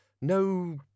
no